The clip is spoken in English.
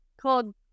called